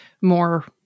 more